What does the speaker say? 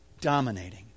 dominating